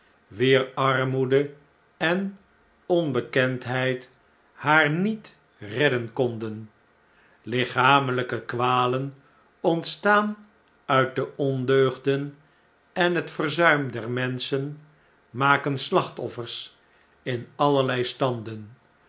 wier armoede en onbekendheid haar niet redden konden lichameljjke kwalen ontstaan uit de ondeugden en het verzuim der menschen maken slachtoffers in allerlei standen